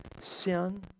sin